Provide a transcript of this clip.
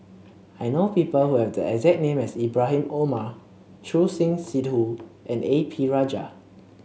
I know people who have the exact name as Ibrahim Omar Choor Singh Sidhu and A P Rajah